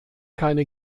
keine